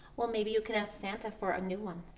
well, maybe you can ask santa for a new one.